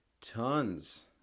tons